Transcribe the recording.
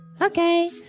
Okay